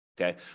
Okay